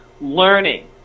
learning